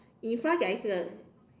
in front there is a